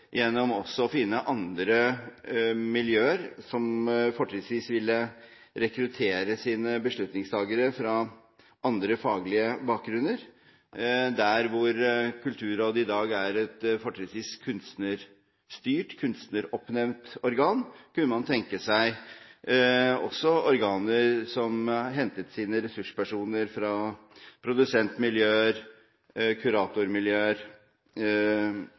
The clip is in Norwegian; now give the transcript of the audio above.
gjennom å finne andre miljøer som fortrinnsvis ville rekruttere sine beslutningstakere fra annen faglig bakgrunn. Der hvor Kulturrådet i dag fortrinnsvis er et kunstnerstyrt og kunstneroppnevnt organ, kunne man tenke seg også organer som hentet sine ressurspersoner fra produsentmiljøer, kuratormiljøer